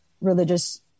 Religious